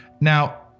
Now